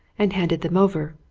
and handed them over.